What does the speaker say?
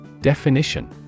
Definition